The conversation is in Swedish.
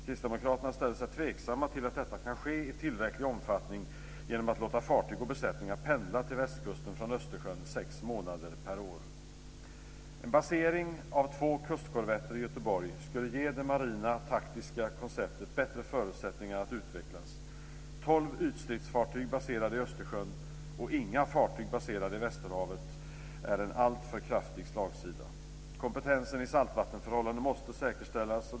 Kristdemokraterna ställer sig tveksamma till att detta kan ske i tillräcklig omfattning genom att låta fartyg och besättningar pendla till västkusten från En basering av två kustkorvetter i Göteborg skulle ge det marina taktiska konceptet bättre förutsättningar att utvecklas. Tolv ytstridsfartyg baserade i Östersjön och inga fartyg baserade i västerhavet är en alltför kraftig slagsida! Kompetensen i saltvattenförhållanden måste säkerställas.